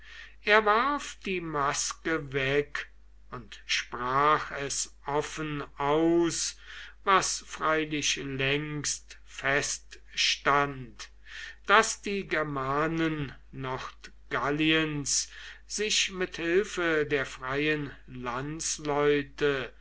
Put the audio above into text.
er warf die maske weg und sprach es offen aus was freilich längst feststand daß die germanen nordgalliens sich mit hilfe der freien